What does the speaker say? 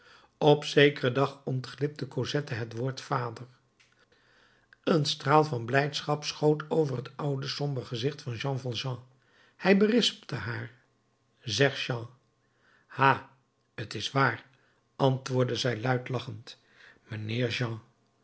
op zekeren dag ontglipte cosette het woord vader een straal van blijdschap schoot over t oude somber gezicht van jean valjean hij berispte haar zeg jean ha t is waar antwoordde zij luid lachend mijnheer